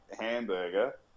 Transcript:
hamburger